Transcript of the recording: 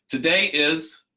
today is